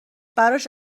براش